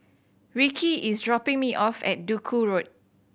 Ricci is dropping me off at Duku Road